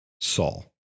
Saul